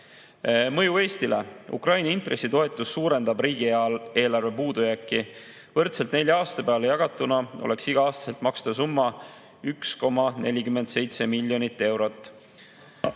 Mõju Eestile. Ukraina intressitoetus suurendab riigieelarve puudujääki. Võrdselt nelja aasta peale jagatuna oleks igal aastal makstav summa 1,47 miljonit eurot.